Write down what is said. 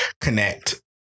connect